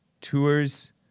Tours